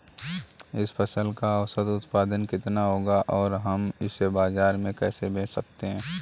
इस फसल का औसत उत्पादन कितना होगा और हम इसे बाजार में कैसे बेच सकते हैं?